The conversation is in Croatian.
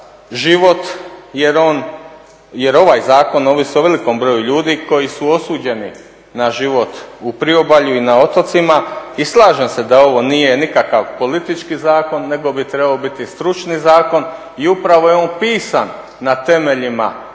jer ovaj zakon ovisi o velikom broju ljudi koji su osuđeni na život u priobalju i na otocima. I slažem se da ovo nije nikakav politički zakon nego bi trebao biti stručni zakon. I upravo je on pisan na temeljima iskustva